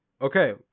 Okay